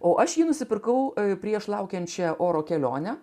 o aš jį nusipirkau prieš laukiančią oro kelionę